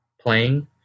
playing